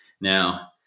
Now